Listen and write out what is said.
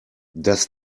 das